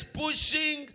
pushing